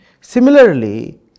similarly